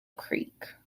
creek